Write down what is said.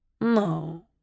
No